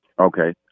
Okay